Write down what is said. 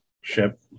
ship